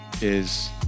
is-